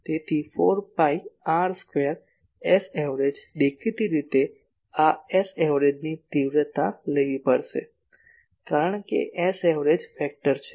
તેથી 4 pi r square Saverage દેખીતી રીતે આ Saverage ની તીવ્રતા લેવી પડશે કારણ કે Saverage વેક્ટર છે